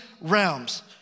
realms